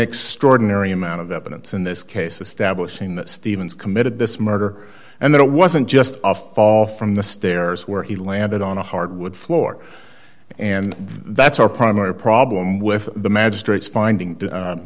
extraordinary amount of evidence in this case establishing that stevens committed this murder and that it wasn't just a fall from the stairs where he landed on a hardwood floor and that's our primary problem with the magistrate's finding